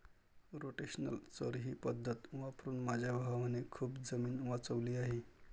rotational चर ही पद्धत वापरून माझ्या भावाने खूप जमीन वाचवली आहे